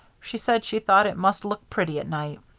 she said she thought it must look pretty at night.